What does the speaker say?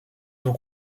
non